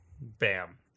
Bam